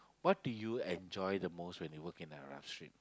what do you enjoy the most when you work in the Arab Street